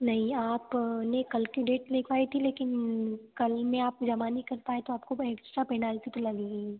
नहीं आपने कल की डेट लिखवाई थी लेकिन कल में आप जमा नहीं कर पाए तो आपके एक्स्ट्रा पेनाल्टी तो लगेगी ही